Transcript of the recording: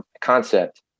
concept